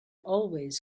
always